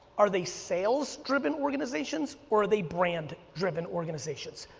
are they sales driven organizations, or are they brand driven organizations.